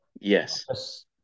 Yes